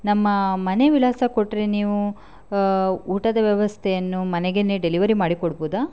ನಮ್ಮ ಮನೆ ವಿಳಾಸ ಕೊಟ್ಟರೆ ನೀವು ಊಟದ ವ್ಯವಸ್ಥೆಯನ್ನು ಮನೆಗೇ ಡೆಲಿವೆರಿ ಮಾಡಿಕೊಡ್ಬೋದಾ